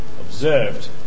observed